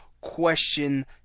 question